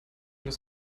des